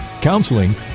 counseling